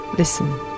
Listen